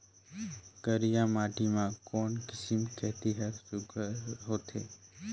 करिया माटी मा कोन किसम खेती हर सुघ्घर होथे?